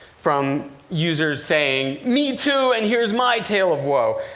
from users saying, me too, and here's my tale of woe.